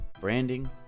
branding